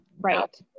right